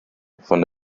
von